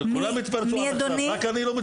כולם התפרצו עד עכשיו, רק אני לא להתפרץ?